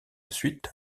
suite